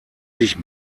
sich